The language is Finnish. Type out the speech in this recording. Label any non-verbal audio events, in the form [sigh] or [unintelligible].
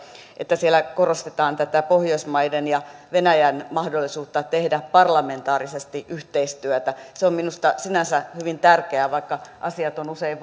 että siellä korostetaan tätä pohjoismaiden ja venäjän mahdollisuutta tehdä parlamentaarisesti yhteistyötä se on minusta sinänsä hyvin tärkeää javaikka asiat ovat usein [unintelligible]